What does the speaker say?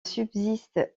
subsiste